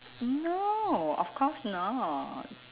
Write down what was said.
no of course not